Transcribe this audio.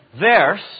verse